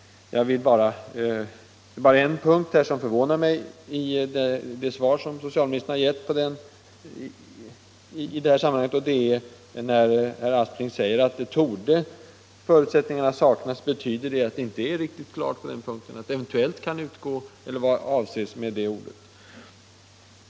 Socialministern säger i sitt svar att, i de fall en ensamstående person adopterar ett barn torde förutsättningar för att bidragsförskott skall kunna utgå saknas. Uttrycket ”torde” förvånar mig, och jag vill fråga socialministern: Betyder denna formulering att saken inte är riktigt klar, att bidragsförskott eventuellt kan utgå, eller vad avses med ordet ”torde”?